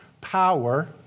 power